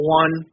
one